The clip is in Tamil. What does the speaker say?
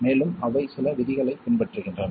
மேலும் அவை சில விதிகளைப் பின்பற்றுகின்றன